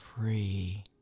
free